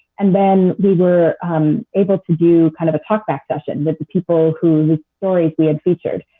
and then we were um able to do kind of a talk-back session with the people whose stories we had featured.